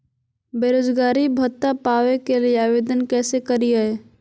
बेरोजगारी भत्ता पावे के लिए आवेदन कैसे करियय?